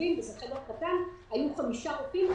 מחשבים קטן היו רק חמישה רופאים,